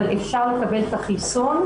אבל אפשר לקבל את החיסון,